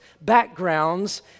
backgrounds